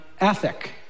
ethic